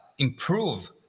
improve